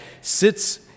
sits